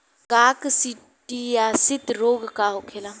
काकसिडियासित रोग का होखेला?